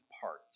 parts